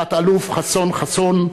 תת-אלוף חסון חסון,